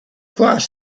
crossed